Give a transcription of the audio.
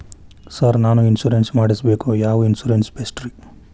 Sir ನಾನು insurance ಮಾಡಿಸಬೇಕು ಯಾವ ಇನ್ಶೂರೆನ್ಸ್ ಬೆಸ್ಟ್ರಿ?